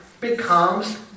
becomes